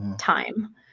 time